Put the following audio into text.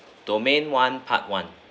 domain one part one